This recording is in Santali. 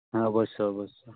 ᱚᱵᱚᱥᱥᱳ ᱚᱵᱚᱥᱥᱳ